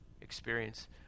experience